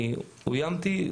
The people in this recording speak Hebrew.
אני אויימתי,